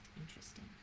Interesting